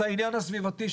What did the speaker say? את העניין הסביבתי,